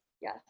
Yes